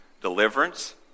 Deliverance